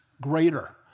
greater